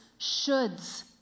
shoulds